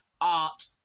art